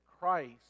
Christ